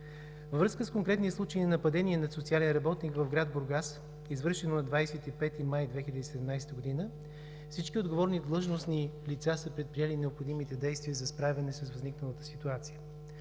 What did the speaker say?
Във връзка с конкретния случай на нападение над социален работник в град Бургас, извършено на 25 май 2017 г., всички отговорни длъжностни лица са предприели необходимите действия за справяне с възникналата ситуация.